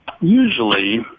usually